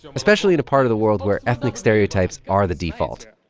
especially in a part of the world where ethnic stereotypes are the default.